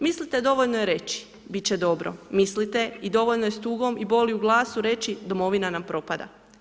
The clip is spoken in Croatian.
Mislite dovoljno je reći, biti će dobro, mislite i dovoljno je s tugom i boli u glasu reći domovina nam propada.